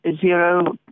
zero